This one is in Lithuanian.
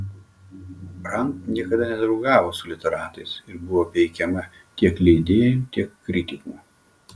rand niekada nedraugavo su literatais ir buvo peikiama tiek leidėjų tiek kritikų